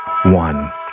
One